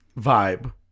vibe